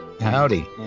Howdy